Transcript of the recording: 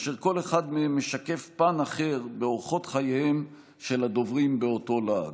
אשר כל אחד מהם משקף פן אחר באורחות חייהם של הדוברים באותו להג.